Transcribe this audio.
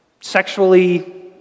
sexually